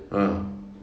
ah